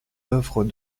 œuvres